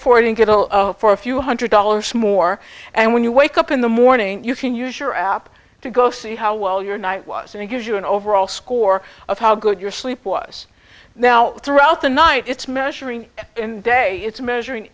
for it in google for a few hundred dollars more and when you wake up in the morning you can use your app to go see how well your night was and it gives you an overall score of how good your sleep was now throughout the night it's measuring day it's measuring